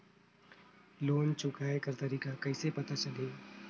Loan चुकाय कर तारीक कइसे पता चलही?